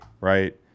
right